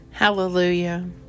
Hallelujah